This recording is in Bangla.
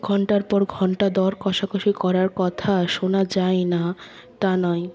ঘণ্টার পর ঘণ্টা দর কষাকষি করার কথা শোনা যায় না তা নয়